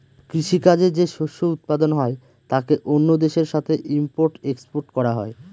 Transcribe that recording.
কৃষি কাজে যে শস্য উৎপাদন হয় তাকে অন্য দেশের সাথে ইম্পোর্ট এক্সপোর্ট করা হয়